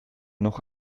noch